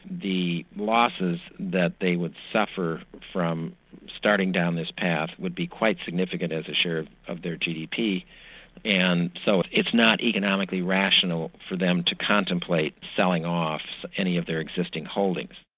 the losses that they would suffer from starting down this path would be quite significant as a share of their gdp and so it's not economically rational for them to contemplate selling off any of their existing holdings.